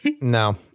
No